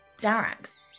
Darax